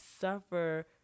suffer